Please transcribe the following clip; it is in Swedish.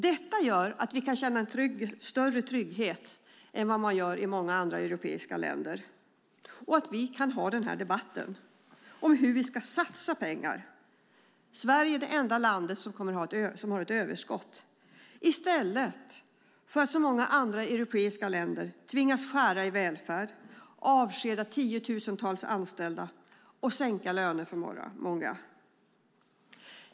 Detta gör att vi kan känna en större trygghet än vad man gör i många andra europeiska länder och att vi kan ha denna debatt om hur vi ska satsa pengar. Sverige är det enda land som har ett överskott i stället för att som så många andra europeiska länder tvingas skära i välfärd, avskeda tiotusentals anställda och sänka lönerna för många.